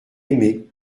aimées